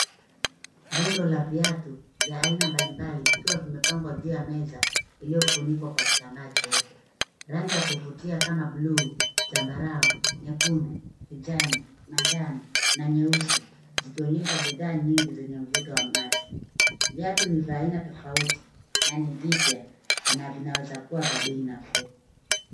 Rundo la viatu vya aina mbali mbali, vikiwa vimepangwa juu ya meza , iliyofunikwa kwa kitambaa cheupe. Rangi ya kuvutia kama blue , zambarau, nyekundu, kijani, manjano, na nyeusi, zikionyesha bidhaa nyingi zenye mvuto wa macho. Viatu ni vya aina tofauti, na ni vipya, na vinaweza kua vya bei nafuu.